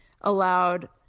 allowed